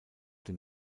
dem